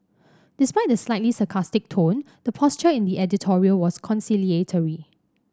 despite the slightly sarcastic tone the posture in the editorial was conciliatory